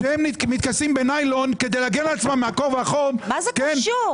כשהם מתכסים בניילון כדי להגן על עצמם מהקור והחום --- מה זה קשור?